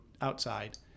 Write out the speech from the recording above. outside